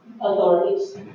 authorities